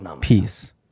Peace